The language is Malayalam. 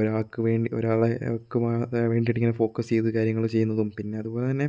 ഒരാൾക്ക് വേണ്ടി ഒരാളെ വേണ്ടീട്ട് ഇങ്ങനെ ഫോക്കസ് ചെയ്ത കാര്യങ്ങൾ ചെയ്യുന്നതും പിന്നെ അതുപോലെ തന്നെ